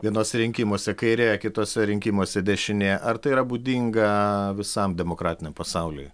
vienuose rinkimuose kairė kituose rinkimuose dešinė ar tai yra būdinga visam demokratiniam pasauliui